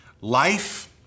Life